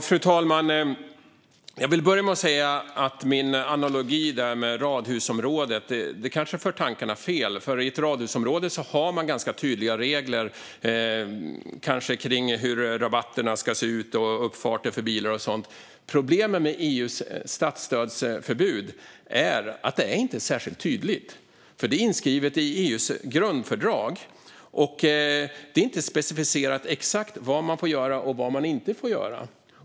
Fru talman! Jag vill börja med att säga att min analogi med radhusområdet kanske för tankarna fel, för i ett radhusområde har man ganska tydliga regler kring hur till exempel rabatterna ska se ut och uppfarter för bilar och sådant. Problemet med EU:s statsstödsförbud är att det inte är särskilt tydligt, för det är inskrivet i EU:s grundfördrag, och det är inte specificerat exakt vad man får göra och vad man inte får göra.